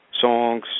songs